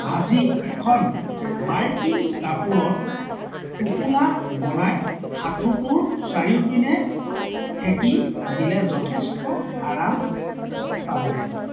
ভাজি এখন মাৰ্কিন কাপোৰত টোপোলা বনাই আঁঠুটোৰ চাৰিওপিনে সেকি দিলে যথেষ্ট আৰাম পাব